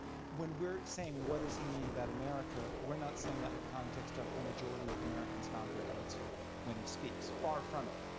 when we're saying, what does he mean about america? we're not saying that in the context of a majority of americans nod their heads when he speaks. far from it.